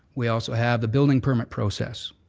we also have the building permit process.